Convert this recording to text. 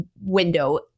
window